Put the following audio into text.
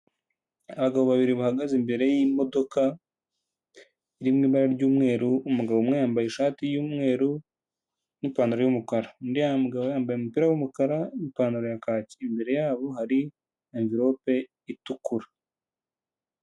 Abagabo babiri bahagaze imbere y'imodoka iri mu ibara ry'umweru umugabo umwe yambaye ishati y'umweru n'ipantaro y'umukara, undi mugabo yambaye umupira w'umukara n'ipantaro ya kaki, imbere yabo hari amvirope itukura.